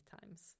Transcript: times